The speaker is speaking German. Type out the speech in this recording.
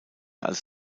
als